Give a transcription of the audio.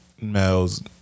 males